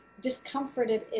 discomforted